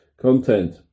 content